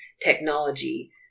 technology